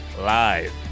live